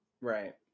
Right